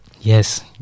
Yes